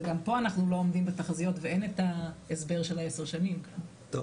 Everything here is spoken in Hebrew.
וגם פה אנחנו לא עומדים בתחזיות ואין את ההסבר של העשר שנים --- כמו